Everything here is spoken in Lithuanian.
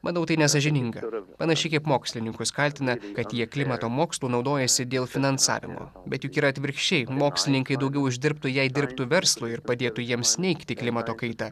manau tai nesąžininga ir panašiai kaip mokslininkus kaltina kad jie klimato mokslu naudojasi dėl finansavimo bet juk yra atvirkščiai mokslininkai daugiau uždirbtų jei dirbtų verslui ir padėtų jiems neigti klimato kaitą